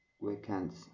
weekends